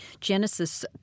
Genesis